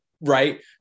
right